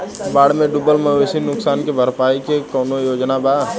बाढ़ में डुबल मवेशी नुकसान के भरपाई के कौनो योजना वा?